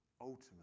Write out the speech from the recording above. ultimately